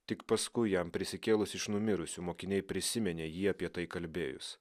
tik paskui jam prisikėlus iš numirusių mokiniai prisiminė jį apie tai kalbėjus